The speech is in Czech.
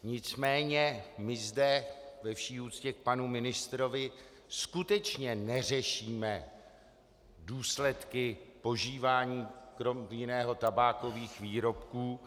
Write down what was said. Nicméně my zde ve vší úctě k panu ministrovi skutečně neřešíme důsledky požívání, krom jiného, tabákových výrobků.